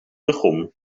begon